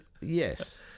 Yes